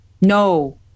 no